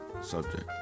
subject